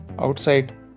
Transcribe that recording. Outside